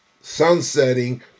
sunsetting